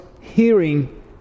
hearing